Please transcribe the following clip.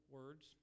words